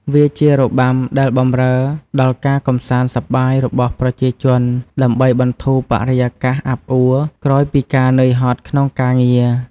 វាជារបាំដែលបំរើដលការកំសាន្តសប្បាយរបស់ប្រជាជនដើម្បីបន្ធូរបរិយាកាសអាប់អួរក្រោយពីការនឿយហត់ក្នុងការងារ ។